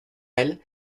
elles